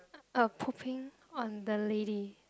uh pooping on the lady